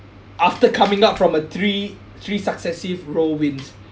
after coming up from a three three successive row wins